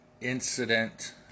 incident